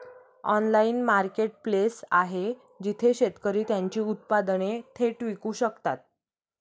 Online marketplace आहे जिथे शेतकरी त्यांची उत्पादने थेट विकू शकतात?